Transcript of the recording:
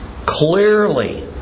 clearly